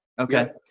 Okay